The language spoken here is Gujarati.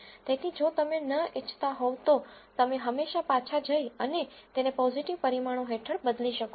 તેથી જો તમે ન ઇચ્છતા હોવ તો તમે હંમેશાં પાછા જઇ અને તેને પોઝીટીવ પરિમાણો હેઠળ બદલી શકો છો